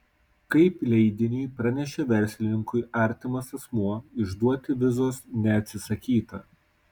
kaip leidiniui pranešė verslininkui artimas asmuo išduoti vizos neatsisakyta